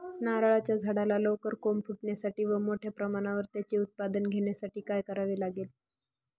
नारळाच्या झाडाला लवकर कोंब फुटण्यासाठी व मोठ्या प्रमाणावर त्याचे उत्पादन घेण्यासाठी काय करावे लागेल?